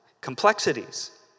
complexities